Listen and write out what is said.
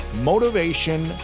Motivation